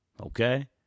Okay